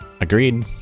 agreed